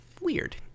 weird